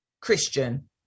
Christian